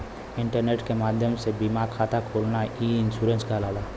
internet के माध्यम से बीमा खाता खोलना ई इन्शुरन्स कहलाला